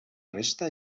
resta